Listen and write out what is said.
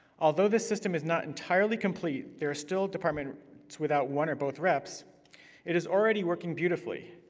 although the system is not entirely complete there are still departments without one or both reps it is already working beautifully.